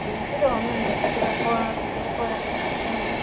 എനിക്ക് തോന്നുന്നുണ്ട് ചിലപ്പോൾ ചിലപ്പോഴൊക്കെ ഒന്ന്